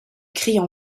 crient